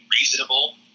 reasonable